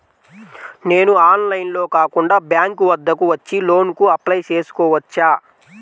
నేను ఆన్లైన్లో కాకుండా బ్యాంక్ వద్దకు వచ్చి లోన్ కు అప్లై చేసుకోవచ్చా?